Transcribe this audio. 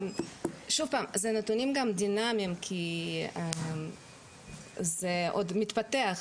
אלה נתונים דינמיים כי זה מתפתח.